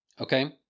okay